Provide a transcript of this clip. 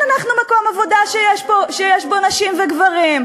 כאן אנחנו מקום עבודה שיש בו נשים וגברים,